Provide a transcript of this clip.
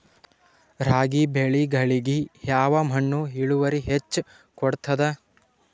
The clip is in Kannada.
ರಾಗಿ ಬೆಳಿಗೊಳಿಗಿ ಯಾವ ಮಣ್ಣು ಇಳುವರಿ ಹೆಚ್ ಕೊಡ್ತದ?